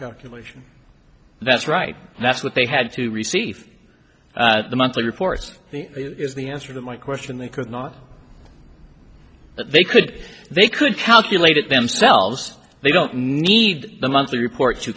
calculation that's right that's what they had to receive the monthly reports is the answer to my question they could not but they could they could calculate it themselves they don't need the monthly report to